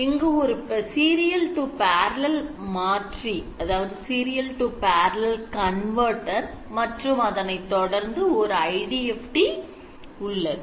இங்கு ஓர் serial to parallel மாற்றி மற்றும் அதனைத் தொடர்ந்து ஓர் IDFT உள்ளது